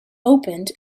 opened